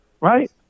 Right